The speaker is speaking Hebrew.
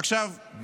את